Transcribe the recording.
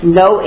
no